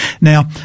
Now